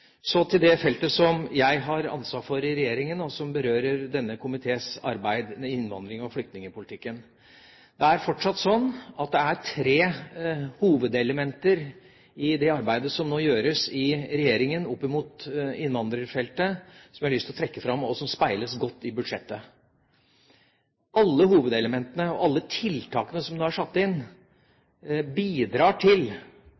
Så til det feltet som jeg har ansvar for i regjeringen, og som berører denne komiteens arbeid, innvandrings- og flyktningpolitikken. Det er fortsatt tre hovedelementer i det arbeidet som nå gjøres i regjeringen opp mot innvandrerfeltet, som jeg har lyst til å trekke fram, og som speiles godt i budsjettet. Alle hovedelementene og tiltakene som nå er satt